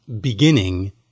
beginning